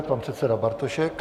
Pan předseda Bartošek.